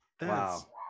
wow